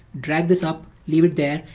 drag this up, leave it there,